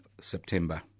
September